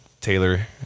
Taylor